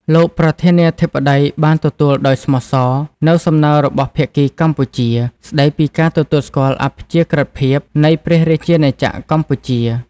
លោកប្រធានាធិបតីបានទទួលដោយស្មោះសរ នូវសំណើរបស់ភាគីកម្ពុជា ស្តីពីការទទួលស្គាល់អាព្យាក្រឹតភាព នៃព្រះរាជាណាចក្រកម្ពុជា។